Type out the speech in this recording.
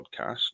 podcast